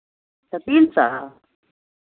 तऽ तीन सए